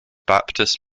baptist